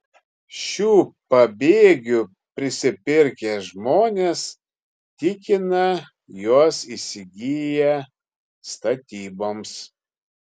šių pabėgių prisipirkę žmonės tikina juos įsigiję statyboms